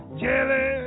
jelly